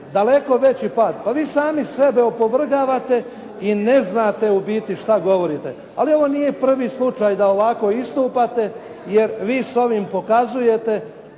daleko veći pad. Pa vi sami sebe opovrgavate i ne znate ubiti što govorite. Ali ovo nije prvi slučaj da ovako istupate jer vi s ovim pokazujete